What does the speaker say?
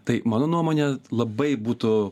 tai mano nuomone labai būtų